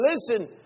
Listen